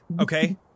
okay